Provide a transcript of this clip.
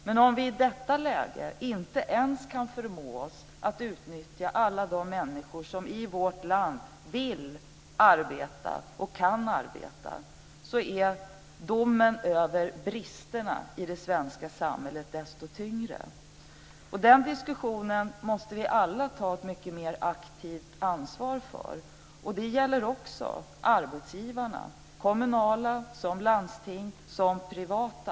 Men om vi i detta läge inte ens kan förmå oss att utnyttja alla de människor i vårt land som vill arbeta och kan arbeta så är domen över bristerna i det svenska samhället desto hårdare. Den här diskussionen måste vi alla ta ett mycket mer aktivt ansvar för. Det gäller också arbetsgivarna, de kommunala såväl som landstingen och de privata.